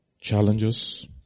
Challenges